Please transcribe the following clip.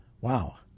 wow